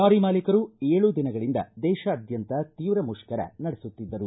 lorry ಮಾಲೀಕರು ಏಳು ದಿನಗಳಿಂದ ದೇಶಾದ್ಯಂತ ತೀವ್ರ ಮುಷ್ಕರ ನಡೆಸುತ್ತಿದ್ದರು